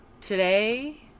today